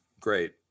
Great